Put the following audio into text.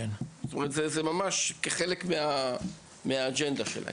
זה חלק מהאג'נדה שלהם.